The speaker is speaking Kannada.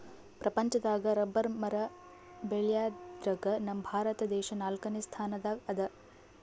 ಪ್ರಪಂಚದಾಗ್ ರಬ್ಬರ್ ಮರ ಬೆಳ್ಯಾದ್ರಗ್ ನಮ್ ಭಾರತ ದೇಶ್ ನಾಲ್ಕನೇ ಸ್ಥಾನ್ ದಾಗ್ ಅದಾ